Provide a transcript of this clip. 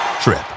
trip